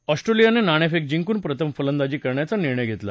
ऑस्ट्रेलियानं नाणेफेक जिंकून प्रथम फलदांजी करण्याचा निर्णय घेतला